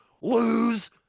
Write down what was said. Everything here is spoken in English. lose